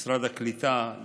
משרד הקליטה,